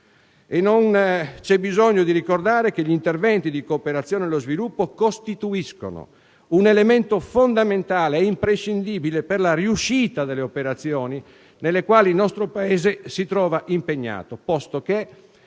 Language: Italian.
Non c'è bisogno di ricordare che gli interventi di cooperazione allo sviluppo costituiscono un elemento fondamentale e imprescindibile per la riuscita delle operazioni nelle quali il nostro Paese si trova impegnato, posto che